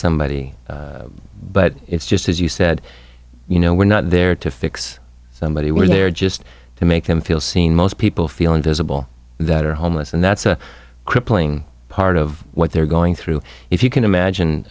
somebody but it's just as you said you know we're not there to fix somebody we're there just to make them feel seen most people feel invisible that are homeless and that's a crippling part of what they're going through if you can imagine